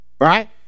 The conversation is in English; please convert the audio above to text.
Right